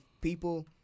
people